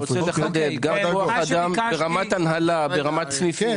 וגם כוח אדם ברמת הנהלה, ברמת סניפים.